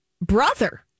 brother